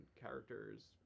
characters